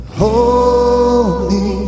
holy